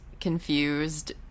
confused